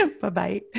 Bye-bye